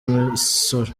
imisoro